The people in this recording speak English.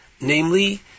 Namely